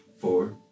four